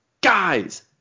guys